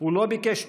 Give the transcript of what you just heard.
הוא לא ביקש טובות,